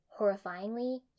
horrifyingly